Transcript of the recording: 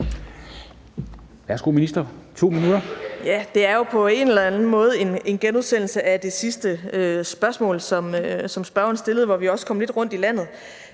indenrigsministeren (Astrid Krag): Det er jo på en eller anden måde en genudsendelse af det sidste spørgsmål, som spørgeren stillede, hvor vi også kom lidt rundt i landet.